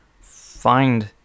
find